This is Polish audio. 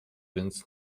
więc